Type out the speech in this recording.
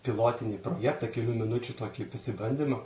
pilotinį projektą kelių minučių tokį pasibandymą